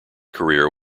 career